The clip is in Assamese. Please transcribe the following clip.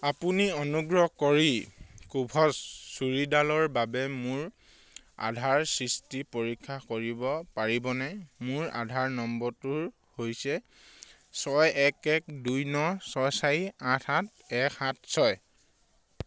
আপুনি অনুগ্ৰহ কৰি কুভছ্ত চুৰিদাৰৰ বাবে মোৰ আধাৰ সৃষ্টি পৰীক্ষা কৰিব পাৰিবনে মোৰ আধাৰ নম্বৰটো হৈছে ছয় এক এক দুই ন ছয় চাৰি আঠ সাত এক সাত ছয়